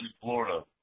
Florida